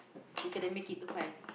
you gonna make it to five